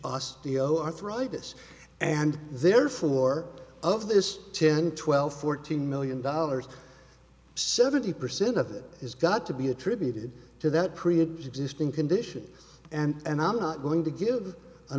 osteoarthritis and therefore of this ten twelve fourteen million dollars seventy percent of it is got to be attributed to that preexisting condition and i'm not going to give an